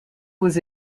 was